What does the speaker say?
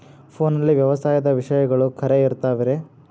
ಫೋನಲ್ಲಿ ವ್ಯವಸಾಯದ ವಿಷಯಗಳು ಖರೇ ಇರತಾವ್ ರೇ?